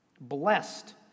Blessed